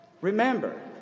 Remember